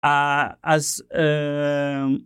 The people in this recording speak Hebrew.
אה... אז אההה...